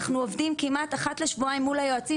אנחנו עובדים כמעט אחת לשבועיים מול היועצים